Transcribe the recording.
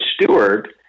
steward